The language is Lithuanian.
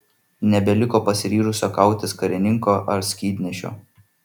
nebeliko pasiryžusio kautis karininko ar skydnešio